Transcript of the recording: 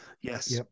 yes